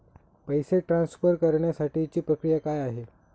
पैसे ट्रान्सफर करण्यासाठीची प्रक्रिया काय आहे?